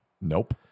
Nope